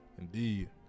Indeed